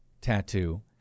Tattoo